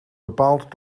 bepaald